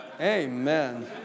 Amen